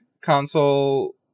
console